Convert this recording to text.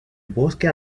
bosque